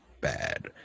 bad